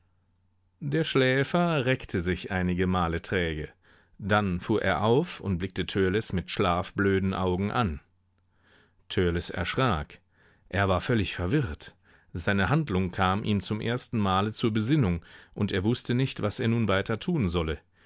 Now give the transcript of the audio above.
der schläfer reckte sich einige male träge dann fuhr er auf und blickte törleß mit schlafblöden augen an törleß erschrak er war völlig verwirrt seine handlung kam ihm zum ersten male zur besinnung und er wußte nicht was er nun weiter tun solle